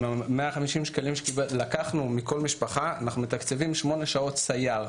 עם 150 שקלים שלקחנו מכל משפחה אנחנו מתקצבים שמונה שעות סייר.